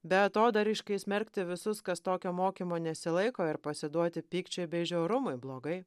beatodairiškai smerkti visus kas tokio mokymo nesilaiko ir pasiduoti pykčiui bei žiaurumui blogai